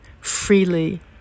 freely